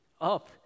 up